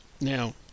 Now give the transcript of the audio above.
Now